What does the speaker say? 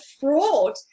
fraud